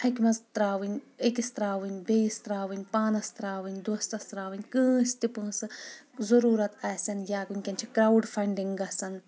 اکہِ منٛز ترٛاوٕنۍ أکِس ترٛاوٕنۍ بیٚیِس ترٛاوٕنۍ پانس ترٛاوٕنۍ دوستس ترٛاوٕنی کٲنٛسہِ تہِ پۄنٛسہٕ ضروٗرت آسَن یا ؤنکیٚن چھِ کراوُڈ فنڈنٛگ گژھان